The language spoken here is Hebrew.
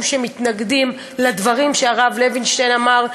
שמתנגדים לדברים שהרב לוינשטיין אמר,